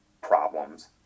problems